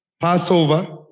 Passover